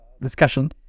discussion